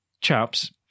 chaps